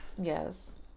Yes